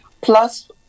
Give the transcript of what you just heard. plus